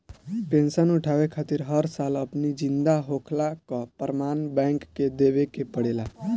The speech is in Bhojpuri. पेंशन उठावे खातिर हर साल अपनी जिंदा होखला कअ प्रमाण बैंक के देवे के पड़ेला